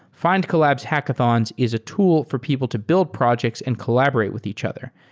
findcollabs hackathons is a tool for people to build projects and collaborate with each other.